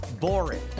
boring